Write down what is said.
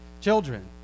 children